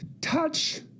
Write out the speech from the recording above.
touch